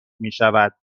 میشود